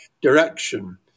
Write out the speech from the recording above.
direction